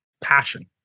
passion